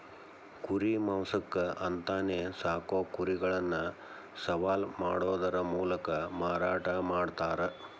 ಕುರಿ ಮಾಂಸಕ್ಕ ಅಂತಾನೆ ಸಾಕೋ ಕುರಿಗಳನ್ನ ಸವಾಲ್ ಮಾಡೋದರ ಮೂಲಕ ಮಾರಾಟ ಮಾಡ್ತಾರ